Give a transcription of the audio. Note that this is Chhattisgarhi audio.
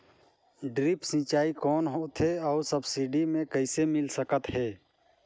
ड्रिप सिंचाई कौन होथे अउ सब्सिडी मे कइसे मिल सकत हे?